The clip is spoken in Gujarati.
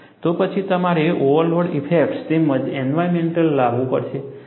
તો પછી તમારે ઓવરલોડ ઇફેક્ટ્સ તેમજ એન્વાયરનમેન્ટ લાવવું પડશે